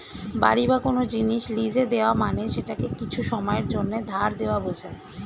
বাড়ি বা কোন জিনিস লীজে দেওয়া মানে সেটাকে কিছু সময়ের জন্যে ধার দেওয়া বোঝায়